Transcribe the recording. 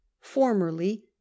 Formerly